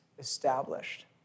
established